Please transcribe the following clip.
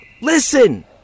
listen